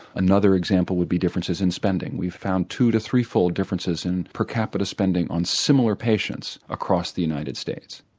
another example would be differences in spending. we found two to threefold differences in per capita spending on similar patients across the united states.